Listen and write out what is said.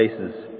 places